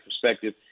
perspective